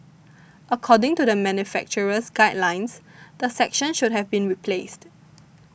according to the manufacturer's guidelines the section should have been replaced